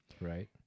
Right